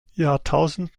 jahrtausend